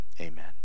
amen